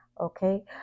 okay